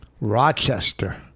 Rochester